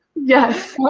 yes,